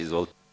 Izvolite.